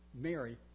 Mary